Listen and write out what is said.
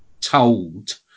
told